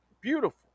Beautiful